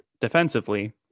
defensively